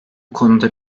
konuda